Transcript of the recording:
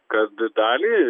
kad dalį